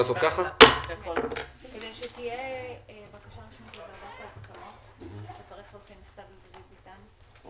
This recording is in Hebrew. הישיבה ננעלה בשעה 13:25.